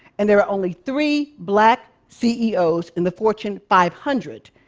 and there are only three black ceos in the fortune five hundred.